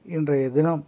இன்றைய தினம்